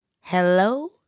Hello